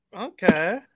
okay